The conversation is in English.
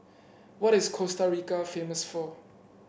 what is Costa Rica famous for